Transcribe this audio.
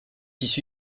issu